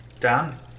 Done